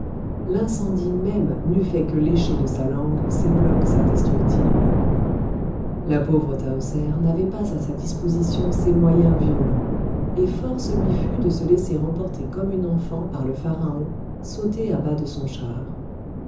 l'incendie même n'eût fait que lécher de sa langue ces blocs indestructibles la pauvre tahoser n'avait pas à sa disposition ces moyens violents et force lui fut de se laisser emporter comme une enfant par le pharaon sauté à bas de son char